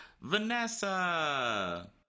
Vanessa